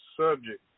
subject